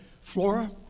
Flora